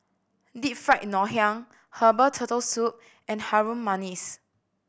Deep Fried Ngoh Hiang herbal Turtle Soup and Harum Manis